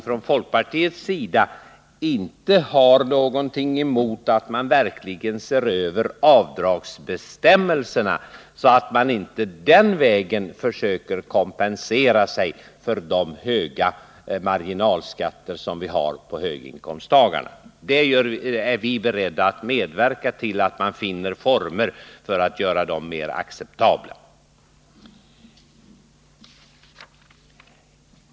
Från folkpartiets sida har vi dock ingenting emot att avdragsbestämmelserna verkligen ses över, så att inte höginkomsttagarna den vägen kan kompensera sig för de höga marginalskatterna. Vi är beredda att medverka till att förhållandena här blir mer acceptabla.